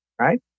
Right